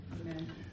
amen